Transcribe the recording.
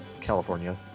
California